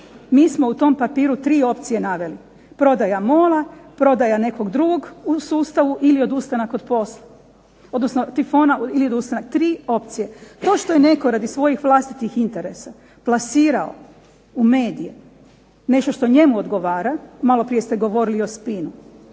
Mi smo u tom papiru tri opcije naveli, prodaja MOL-a, prodaja nekog drugog u sustavu, ili odustanak od posla, odnosno Tifona ili odustanak, tri opcije. To što je netko radi svojih vlastitih interesa plasirao u medije nešto što njemu odgovara, maloprije ste govorili o spinu,